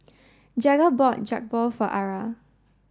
Jagger bought Jokbal for Ara